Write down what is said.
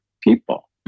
people